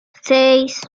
seis